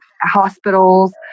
hospitals